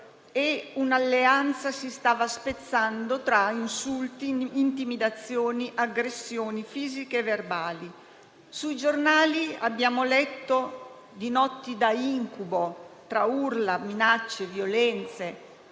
un'alleanza si stava spezzando tra insulti, intimidazioni, aggressioni fisiche e verbali. Sui giornali abbiamo letto di notti da incubo tra urla, minacce e violenze,